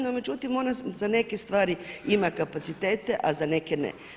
No međutim, ona za neke stvari ima kapacitete, a za neke ne.